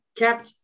kept